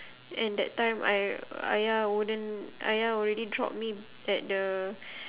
and that time I ayah wouldn't ayah already drop me at the